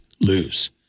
lose